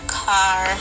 car